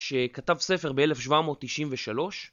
שכתב ספר ב-1793